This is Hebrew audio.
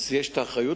אז יש אחריות,